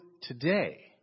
today